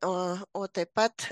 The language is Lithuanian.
o o taip pat